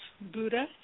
Buddha